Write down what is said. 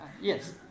Yes